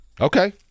okay